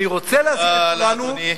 תודה לאדוני.